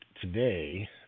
today